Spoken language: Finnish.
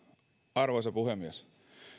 arvoisa puhemies